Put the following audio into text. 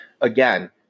again